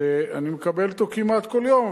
ואני מקבל אותו כמעט כל יום,